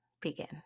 begin